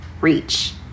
reach